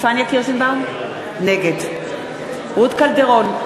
נגד רות קלדרון,